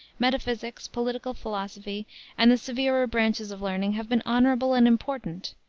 metaphysics, political philosophy and the severer branches of learning have been honorable and important,